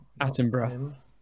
attenborough